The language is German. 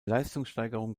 leistungssteigerung